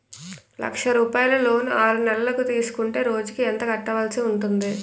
లక్ష రూపాయలు లోన్ ఆరునెలల కు తీసుకుంటే రోజుకి ఎంత కట్టాల్సి ఉంటాది?